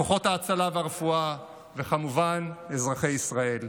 כוחות ההצלה והרפואה, וכמובן, אזרחי ישראל.